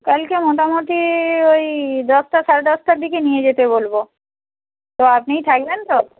কালকে মোটামুটি ওই দশটা সাড়ে দশটার দিকে নিয়ে যেতে বলব তো আপনিই থাকবেন তো